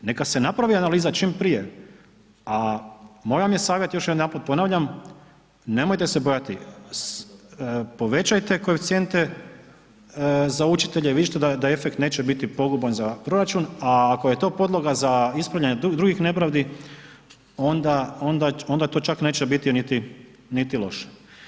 Neka se napravi analiza čim prije, a moj vam je savjet i još jednom ponavljam, nemojte se bojati povećajte koeficijente za učitelje, vidjet ćete da efekt neće biti poguban za proračun, a ako je to podloga za ispravljanje drugih nepravdi onda to čak neće biti niti loše.